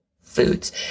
foods